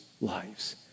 lives